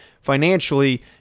financially